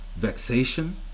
vexation